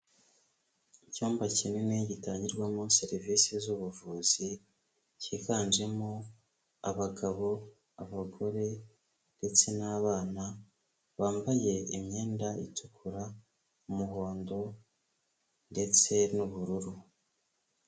Icyumba kinini gitangirwamo serivisi z'ubuvuzi cyiganjemo abagabo, abagore ndetse n'abana bambaye imyenda itukura, umuhondo ndetse n'ubururu.